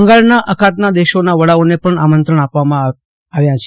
બંગાળના અખાતના દેશોના વડાઓને પણ આમંત્રણ આપવામાં આવ્યા છે